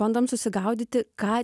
bandom susigaudyti ką